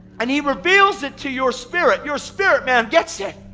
and he reveals it to your spirit, your spirit man gets it.